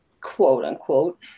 quote-unquote